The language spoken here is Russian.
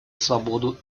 свободу